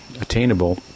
attainable